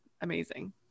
amazing